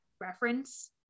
reference